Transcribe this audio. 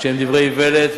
שהם דברי איוולת,